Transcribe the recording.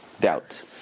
doubt